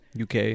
UK